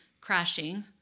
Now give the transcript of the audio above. Crashing